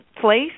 place